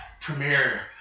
premiere